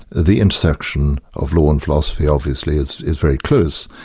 the intersection of law and philosophy obviously is is very close.